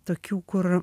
tokių kur